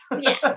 Yes